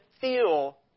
feel